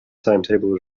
timetable